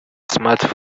smart